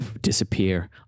disappear